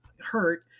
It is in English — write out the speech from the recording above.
hurt